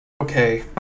Okay